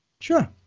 Sure